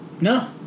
No